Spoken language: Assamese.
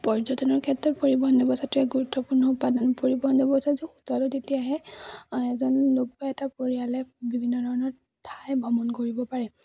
পৰ্যটনৰ ক্ষেত্ৰত পৰিবহণ ব্যৱস্থাটো এক গুৰুত্বপূৰ্ণ উপাদান পৰিবহণ ব্যৱস্থাটো সুচল তেতিয়াহে আ এজন লোক বা এটা পৰিয়ালে বিভিন্ন ধৰণৰ ঠাই ভ্ৰমণ কৰিব পাৰে